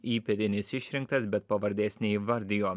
įpėdinis išrinktas bet pavardės neįvardijo